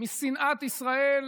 משנאת ישראל